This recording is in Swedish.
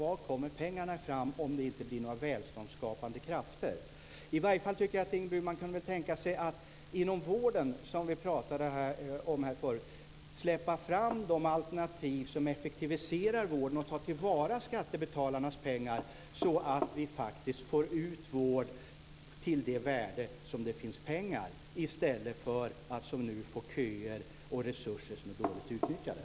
Var kommer pengarna ifrån om det inte blir några välståndsskapande krafter? I varje fall tycker jag att Ingrid Burman kunde tänka sig att inom vården, som vi talade om här förut, släppa fram de alternativ som effektiviserar vården och tar till vara skattebetalarnas pengar så att vi faktiskt får ut vård till det värde som det finns pengar för i stället för att som nu få köer och resurser som är dåligt utnyttjade.